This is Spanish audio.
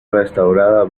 restaurada